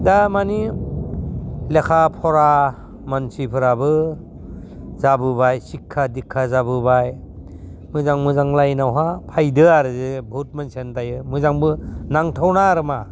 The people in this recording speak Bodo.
दा मानि लेखा फरा मानसिफोराबो जाबोबाय सिक्षा दिक्षा जाबोबाय मोजां मोजां लाइनावहा फैदो आरो बहुद मानसियानो दायो मोजांबो नांथावना आरोमा